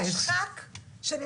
עכשיו אני רוצה לדבר על הסתייגות שהיא